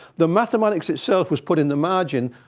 the mathematics itself was put in the margin,